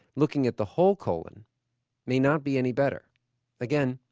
looking at the whole colon may not be any better again,